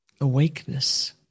awakeness